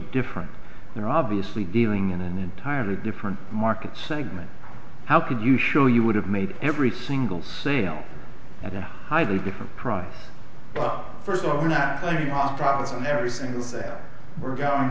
different they're obviously dealing in an entirely different market segment how could you show you would have made every single sale at a high different price but first off we're not going off on every single sale we're going